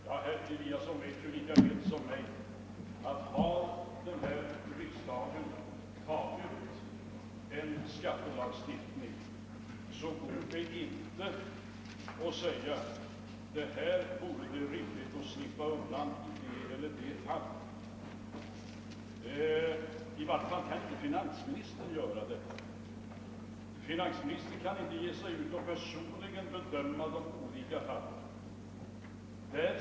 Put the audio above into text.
Herr talman! Herr Eliasson vet lika väl som jag att om riksdagen antagit en skattelagstiftning så går det inte att säga att det vore rimligt att slippa undan i det eller det fallet, i varje fall kan inte finansministern göra det. Finansministern kan inte personligen be döma de olika fallen.